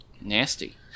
Nasty